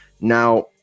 now